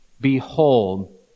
Behold